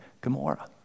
Gomorrah